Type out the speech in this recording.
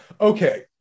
Okay